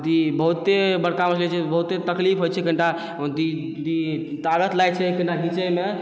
बहुते बड़का मछली रहै छै बहुते तकलीफ होइ छै कनिटा ताकत लागै छै कने घिचैमे